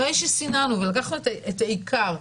אחרי שסיננו ולקחנו את העיקר,